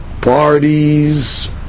parties